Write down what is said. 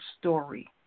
story